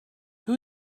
who